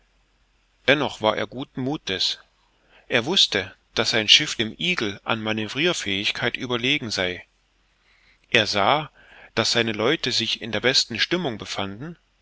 dennoch war er guten muthes er wußte daß sein schiff dem eagle an manövrirfähigkeit überlegen sei er sah daß seine leute sich in der besten stimmung befanden